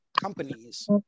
companies